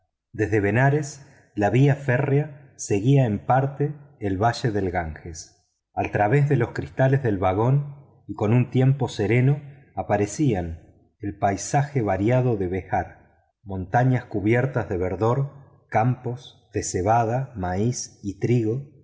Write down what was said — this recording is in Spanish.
desde benarés la vía férrea seguía en parte el valle del ganges a través de los cristales del vagón y con un tiempo sereno aparecían el paisaje variado de behar montañas cubiertas de verdor campos de cebada maíz y trigo